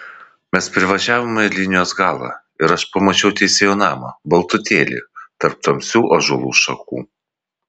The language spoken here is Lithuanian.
mes privažiavome linijos galą ir aš pamačiau teisėjo namą baltutėlį tarp tamsių ąžuolų šakų